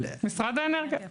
כן, משרד האנרגיה.